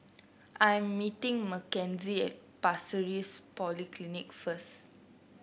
I am meeting Mckenzie at Pasir Ris Polyclinic first